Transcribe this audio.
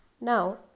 Now